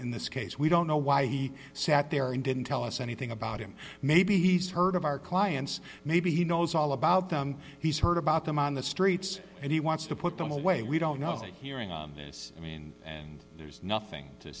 in this case we don't know why he sat there and didn't tell us anything about him maybe he's heard of our clients maybe he knows all about them he's heard about them on the streets and he wants to put them away we don't know hearing on this i mean and there's nothing to